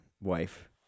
wife